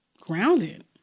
grounded